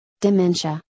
dementia